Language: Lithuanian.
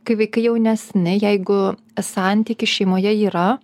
kai vaikai jaunesni jeigu santykis šeimoje yra